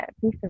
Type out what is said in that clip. piece